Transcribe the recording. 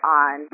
on